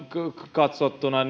katsottuna